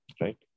right